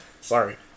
Sorry